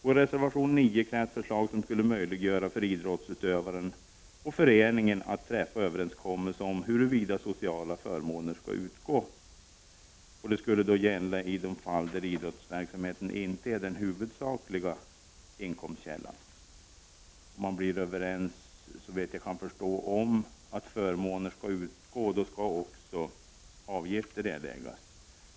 I reservation 9 krävs förslag som skulle möjliggöra för idrottsutövaren och föreningen att träffa överenskommelse om huruvida sociala förmåner skall utgå. Detta skulle gälla i de fall då idrottsverksamheten inte är den huvudsakliga inkomstkällan. Om man kommer överens om att förmånen skall utgå skall avgifter erläggas.